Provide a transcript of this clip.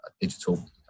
digital